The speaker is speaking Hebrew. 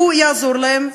שהוא יעזור להם,